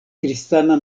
kristana